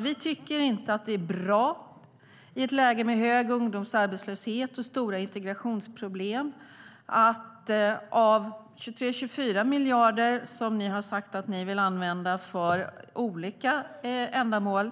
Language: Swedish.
Vi tycker inte att det är bra - i ett läge med hög ungdomsarbetslöshet och stora integrationsproblem - att av 23-24 miljarder, som ni har sagt att ni vill använda för olika ändamål,